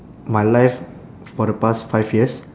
my life for the past five years